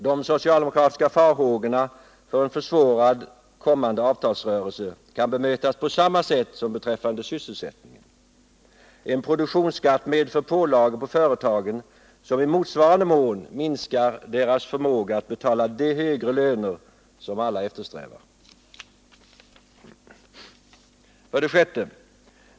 De socialdemokratiska farhågorna för en försvårad kommande avtalsrörelse kan bemötas på samma sätt som farhågorna beträffande sysselsättningen. En produktionsskatt medför ökade pålagor på företagen och minskar i motsvarande mån deras förmåga att betala de högre löner som alla eftersträvar. 6.